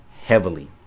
heavily